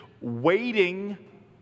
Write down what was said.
waiting